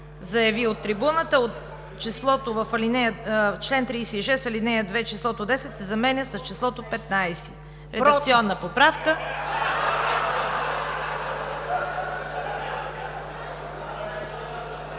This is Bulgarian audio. заяви от трибуната – в чл. 36, ал. 2 числото „10“ се заменя с числото „15“. Редакционна поправка.